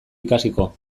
ikasiko